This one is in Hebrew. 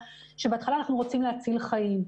שבהתחלה אנחנו רוצים להציל חיים.